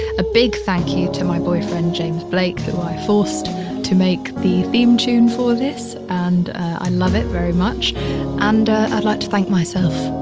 a big thank you to my boyfriend, james blake who i forced to make the theme tune for this, and i love it very much and i'd like to thank myself